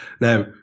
Now